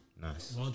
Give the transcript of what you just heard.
nice